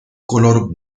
color